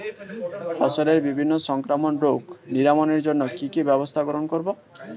ফসলের বিভিন্ন সংক্রামক রোগ নিরাময়ের জন্য কি কি ব্যবস্থা গ্রহণ করব?